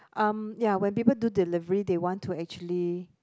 um ya when people do delivery they want to actually